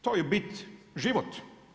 To je bit, život.